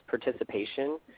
participation